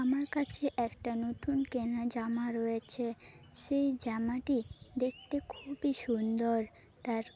আমার কাছে একটা নতুন কেনা জামা রয়েছে সেই জামাটি দেখতে খুবই সুন্দর তার